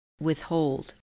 withhold